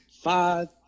five